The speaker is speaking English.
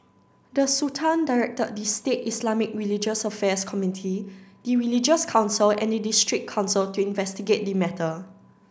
the Sultan directed the state Islamic religious affairs committee the religious council and the district council to investigate the matter